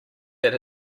that